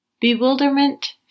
Bewilderment